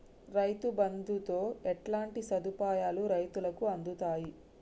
రైతు బంధుతో ఎట్లాంటి సదుపాయాలు రైతులకి అందుతయి?